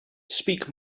speak